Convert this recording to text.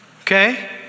okay